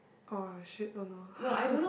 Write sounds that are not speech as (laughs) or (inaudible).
oh shit oh no (laughs)